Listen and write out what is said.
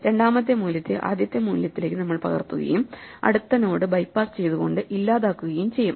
രണ്ടാമത്തെ മൂല്യത്തെ ആദ്യ മൂല്യത്തിലേക്ക് നമ്മൾ പകർത്തുകയും അടുത്ത നോഡ് ബൈപാസ് ചെയ്തുകൊണ്ട് ഇല്ലാതാക്കുകയും ചെയ്യും